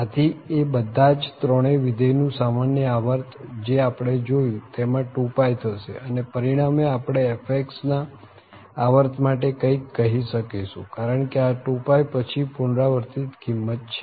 આથી એ બધા જ ત્રણેય વિધેય નું સામાન્ય આવર્ત જે આપણે જોયું તેમ 2π થશે અને પરિણામે આપણે fx ના આવર્ત માટે કંઈક કહી શકીશું કારણ કે આ 2π પછી પુનરાવર્તિત કિંમત છે